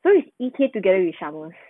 so is yi qie together with samus